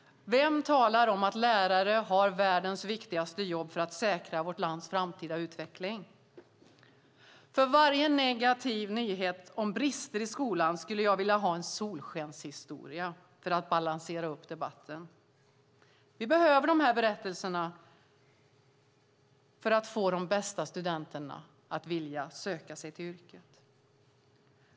Vem talar om att lärare har världens viktigaste jobb för att säkra vårt lands framtida utveckling? För varje negativ nyhet om brister i skolan skulle jag vilja ha en solskenshistoria för att balansera debatten. Vi behöver de berättelserna för att få de bästa studenterna att vilja söka sig till yrket.